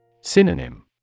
Synonym